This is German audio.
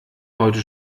heute